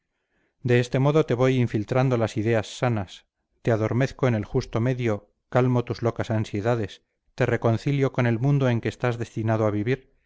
de este modo te voy infiltrando las ideas sanas te adormezco en el justo medio calmo tus locas ansiedades te reconcilio con el mundo en que estás destinado a vivir